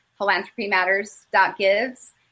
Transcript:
philanthropymatters.gives